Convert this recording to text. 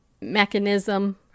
mechanism